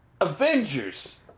Avengers